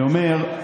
אני אומר,